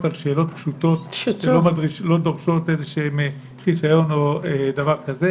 על שאלות פשוטות שלא דורשות חיסיון או דבר כזה.